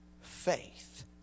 faith